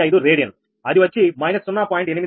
015 radian అది వచ్చి −0